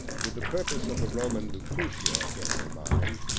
with the purpose of the roman lucretia in her mind,